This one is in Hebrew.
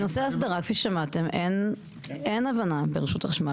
בנושא האסדרה כפי ששמעתם אין הבנה ברשות החשמל